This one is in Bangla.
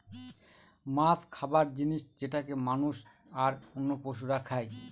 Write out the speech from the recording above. মাছ খাবার জিনিস যেটাকে মানুষ, আর অন্য পশুরা খাই